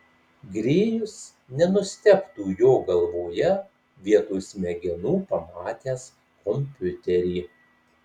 grėjus nenustebtų jo galvoje vietoj smegenų pamatęs kompiuterį